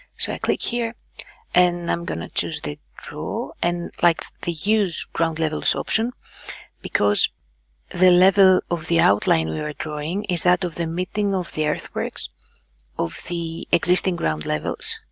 so i click here and i'm gonna choose the draw and like the use ground level absorption because the level of the outline we were drawing is that of the meeting of the earthworks of the existing ground levels